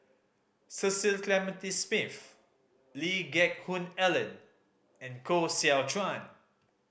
Cecil Clementi Smith Lee Geck Hoon Ellen and Koh Seow Chuan